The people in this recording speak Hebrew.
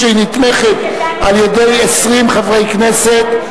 כשהיא נתמכת על-ידי 20 חברי כנסת,